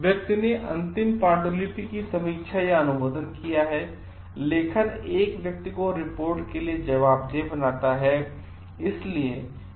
व्यक्ति ने अंतिम पांडुलिपि की समीक्षा या अनुमोदन किया हैलेखन एक व्यक्ति को रिपोर्ट के लिए जवाबदेह बनाता है